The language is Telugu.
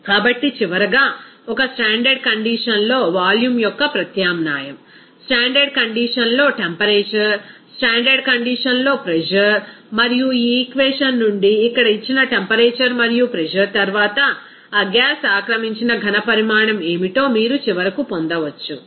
కాబట్టి చివరగా ఒక స్టాండర్డ్ కండిషన్ లో వాల్యూమ్ యొక్క ప్రత్యామ్నాయం స్టాండర్డ్ కండిషన్ లో టెంపరేచర్ స్టాండర్డ్ కండిషన్ లో ప్రెజర్ మరియు ఈ ఈక్వేషన్ నుండి ఇక్కడ ఇచ్చిన టెంపరేచర్ మరియు ప్రెజర్ తర్వాత ఆ గ్యాస్ ఆక్రమించిన ఘనపరిమాణం ఏమిటో మీరు చివరకు పొందవచ్చు